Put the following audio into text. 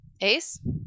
Ace